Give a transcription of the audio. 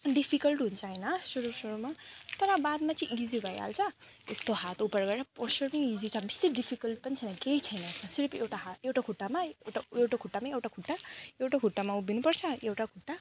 difficult हुन्छ होइन सुरु सुरुमा तर बादमा चाहिँ इजी भइहाल्छ यस्तो हात उपर गरेर पोस्चर पनि इजी छ बेसी डिफिकल्ट पनि छैन केही छैन सिर्फ एउटा हात एउटा खुट्टामा एउटा एउटा खुट्टामा एउटा खुट्टा एउटा खुट्टामा उभिनुपर्छ एउटा खुट्टा